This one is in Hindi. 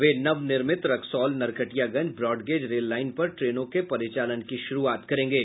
वे नव निर्मित Raxaul Narkatiaganj broad gauge rail line पर ट्रेनों के परिचालन की शुरूआत करेंगे